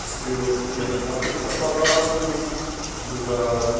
اَسہِ پیوٚو کیٚنٛہہ وقت ہَسپَتالَس منٛز گُزارنہٕ